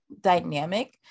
dynamic